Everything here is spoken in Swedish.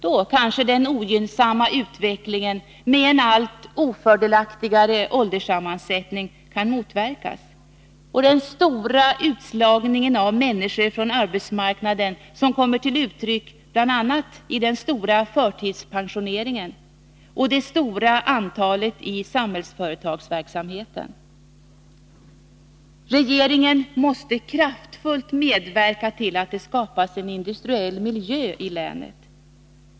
Då kanske den ogynnsamma utvecklingen med en allt ofördelaktigare ålderssammansättning kan motverkas och den stora utslagningen av människor från arbetsmarknaden, som kommer till uttryck bl.a. i den stora förtidspensioneringen och det stora antalet människor i samhällsföretagsverksamheten, kan hejdas. Regeringen måste kraftfullt medverka till att det skapas en industriell miljö i länet.